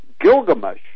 Gilgamesh